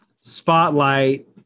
spotlight